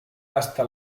hasta